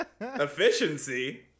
Efficiency